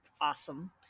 awesome